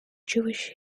jewish